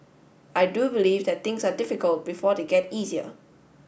I do believe that things are difficult before they get easier